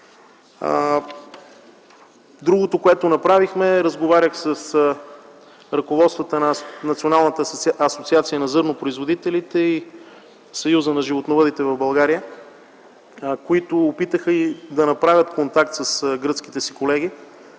Следващото, което направихме, е да разговаряме с ръководствата на Националната асоциация на зърнопроизводителите и Съюза на животновъдите в България, които опитаха да направят контакт с гръцките си колеги.